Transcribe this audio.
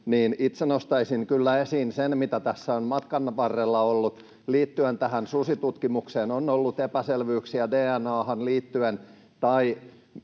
itse nostaisin kyllä esiin sen, mitä tässä on matkan varrella ollut liittyen tähän susitutkimukseen: on ollut epäselvyyksiä DNA:han liittyen